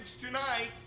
tonight